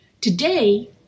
Today